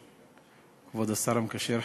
כבוד השר המקשר,